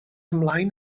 ymlaen